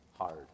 hard